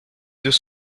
deux